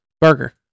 Burger